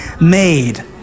made